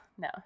No